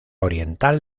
oriental